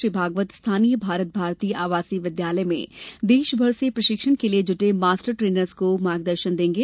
श्री भागवत स्थानीय भारत भारती आवासीय विद्यालय में देश भर से प्रशिक्षण के लिए जुटे मास्टर ट्रेनर्स को मार्गदर्शन देंगे